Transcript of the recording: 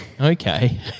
Okay